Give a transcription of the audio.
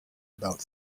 about